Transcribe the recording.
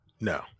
No